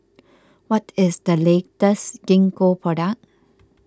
what is the latest Gingko product